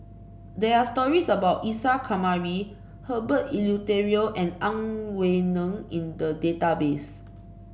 there are stories about Isa Kamari Herbert Eleuterio and Ang Wei Neng in the database